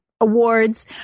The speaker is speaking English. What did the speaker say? awards